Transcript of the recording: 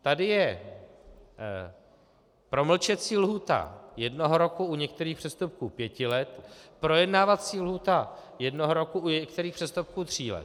Tady je promlčecí lhůta jednoho roku, u některých přestupků pěti let, projednávací lhůta jednoho roku, u některých přestupků tří let.